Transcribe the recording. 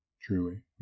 truly